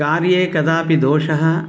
कार्ये कदापि दोषः